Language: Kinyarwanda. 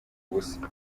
ubusa